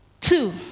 two